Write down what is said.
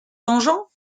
donjon